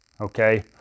okay